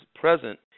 present